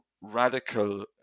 radical